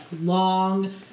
long